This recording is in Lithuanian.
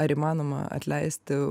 ar įmanoma atleisti